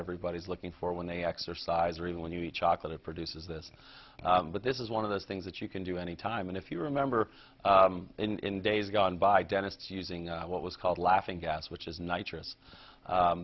everybody's looking for when they exercise or even when you eat chocolate it produces this but this is one of those things that you can do any time and if you remember in days gone by dentists using what was called laughing gas which is